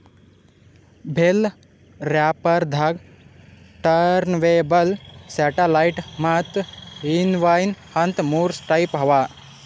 bell wrapper ದಾಗಾ turntable satellite ಮತ್ತ್ inline ಅಂತ್ ಮೂರ್ ಟೈಪ್ ಅವಾ